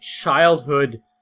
childhood